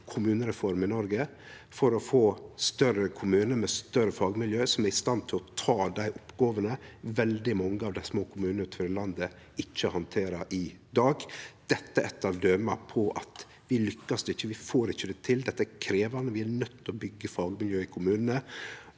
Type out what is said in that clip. kommunereform i Noreg, for å få større kommunar med større fagmiljø som er i stand til å ta dei oppgåvene som veldig mange av dei små kommunane utover i landet ikkje handterer i dag. Dette er eitt av døma på at vi ikkje har lykkast. Vi får det ikkje til, det er krevjande. Vi er nøydde til å byggje fagmiljø i kommunane